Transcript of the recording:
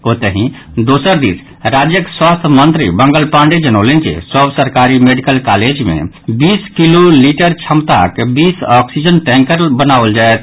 ओतहि दोसर दिस राज्यक स्वास्थ्य मंत्री मंगल पांडेय जनौलनि जे सभ सरकारी मेडिकल कॉलेज मे बीस किलो लीटर क्षमताक बीस ऑक्सीजन टैंकर बनाओल जायत